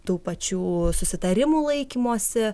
tų pačių susitarimų laikymosi